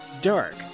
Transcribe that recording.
Dark